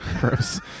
gross